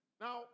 Now